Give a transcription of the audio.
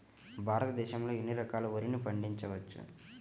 భారతదేశంలో ఎన్ని రకాల వరిని పండించవచ్చు